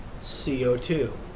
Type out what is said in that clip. CO2